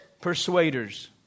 persuaders